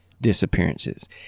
disappearances